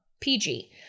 PG